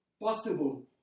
possible